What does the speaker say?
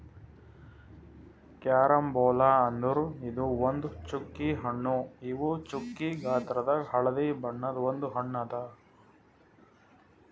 carambola ಅಂದುರ್ ಇದು ಒಂದ್ ಚ್ಚುಕಿ ಹಣ್ಣು ಇವು ಚ್ಚುಕಿ ಗಾತ್ರದಾಗ್ ಹಳದಿ ಬಣ್ಣದ ಒಂದ್ ಹಣ್ಣು ಅದಾ